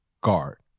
guard